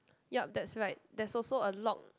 yup that's right there's also a lock